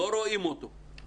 לא רואים אותו,